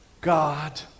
God